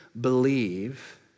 believe